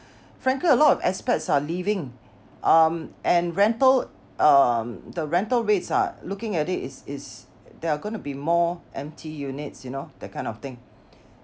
frankly a lot of expats are leaving um and rental um the rental rates are looking at it it's it's there are gonna be more empty units you know that kind of thing